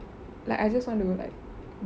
like I just want to like